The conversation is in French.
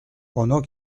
pendant